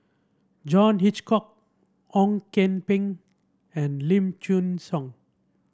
John Hitchcock Ong Kian Peng and Lim Chin Siong